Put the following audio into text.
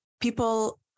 people